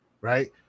right